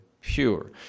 pure